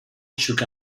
shook